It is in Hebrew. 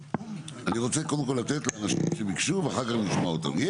אני רוצה קודם כל לתת לאנשים שביקשו ואחר כך נשמע אותם.